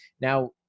Now